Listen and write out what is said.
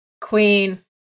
Queen